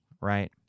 right